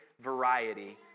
variety